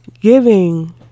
giving